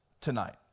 tonight